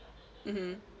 mmhmm